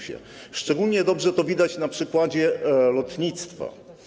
Szczególnie dobrze to widać na przykładzie lotnictwa.